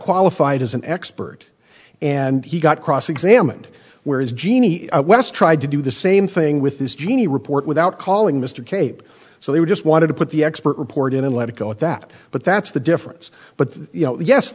qualified as an expert and he got cross examined whereas jeannie west tried to do the same thing with this jeannie report without calling mr cape so they just wanted to put the expert report in and let it go at that but that's the difference but y